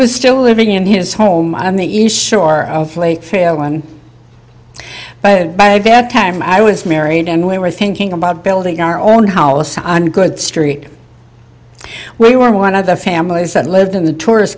was still living in his home on the east shore of lake failon but by bedtime i was married and we were thinking about building our own hala some good street we were one of the families that lived in the tourist